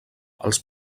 als